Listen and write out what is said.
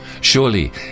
Surely